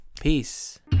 Peace